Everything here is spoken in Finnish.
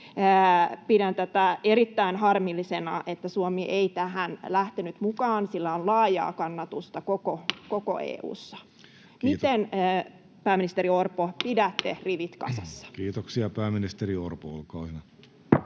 Pidän tätä erittäin harmillisena, että Suomi ei tähän lähtenyt mukaan — sillä on laajaa kannatusta koko EU:ssa. Miten, pääministeri Orpo, pidätte rivit kasassa? Kiitoksia. — Pääministeri Orpo, olkaa hyvä.